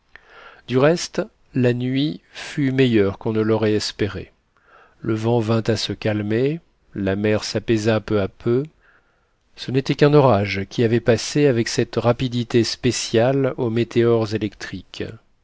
du reste la nuit fut meilleure qu'on ne l'aurait espéré le vent vint à se calmer la mer s'apaisa peu à peu ce n'était qu'un orage qui avait passé avec cette rapidité spéciale aux météores électriques